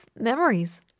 Memories